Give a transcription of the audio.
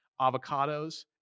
avocados